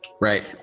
right